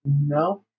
No